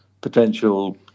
potential